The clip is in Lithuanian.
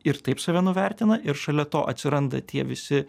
ir taip save nuvertina ir šalia to atsiranda tie visi